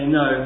no